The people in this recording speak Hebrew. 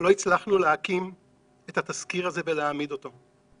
אבל לא הצלחנו להקים את התזכיר הזה ולהעמיד אותו.